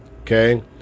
okay